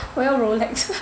我要 Rolex